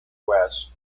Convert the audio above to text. west